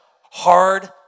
hard